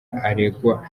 aregwa